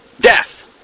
Death